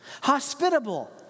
Hospitable